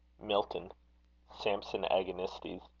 milton samson agonistes.